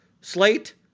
slate